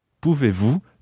Pouvez-vous